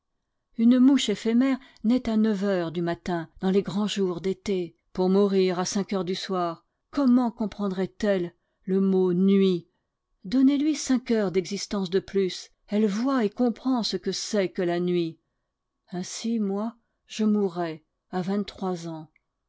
une mouche éphémère naît à neuf heures du matin dans les grands jours d'été pour mourir à cinq heures du soir comment comprendrait elle le mot nuit donnez-lui cinq heures d'existence de plus elle voit et comprend ce que c'est que la nuit ainsi moi je mourrai à vingt-trois ans